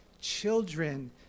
children